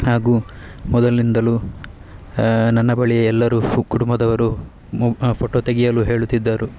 ಹಾಗೂ ಮೊದಲಿನಿಂದಲೂ ನನ್ನ ಬಳಿ ಎಲ್ಲರೂ ಕುಟುಂಬದವರು ಫೋಟೋ ತೆಗೆಯಲು ಹೇಳುತ್ತಿದ್ದರು